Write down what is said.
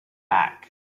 back